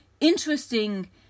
interesting